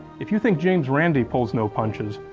if you think james randi pulls no punches,